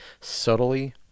subtly